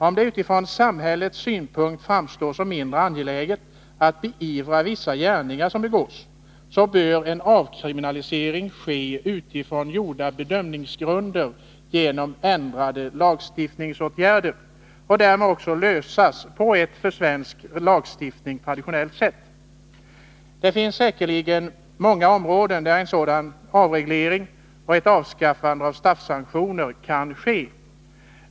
Om det från samhällets synpunkt framstår som mindre angeläget att beivra vissa gärningar som begås, så bör en avkriminalisering ske utifrån gjorda bedömningar genom ändrade lagstiftningsåtgärder, och därmed bör frågan också lösas på ett för svensk lagstiftning traditionellt sätt. Det finns Nr 94 säkerligen många områden där en sådan avreglering och ett avskaffande av Torsdagen den straffsanktioner kan ske.